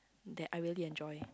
that I really enjoy